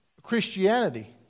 Christianity